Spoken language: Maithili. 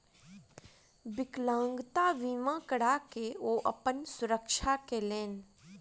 विकलांगता बीमा करा के ओ अपन सुरक्षा केलैन